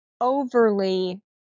overly